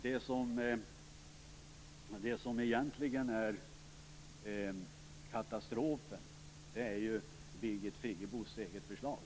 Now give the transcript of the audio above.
Katastrofen utgörs egentligen av Birgit Friggebos eget förslag.